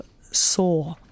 Saw